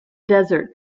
desert